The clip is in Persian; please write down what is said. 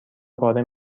پاره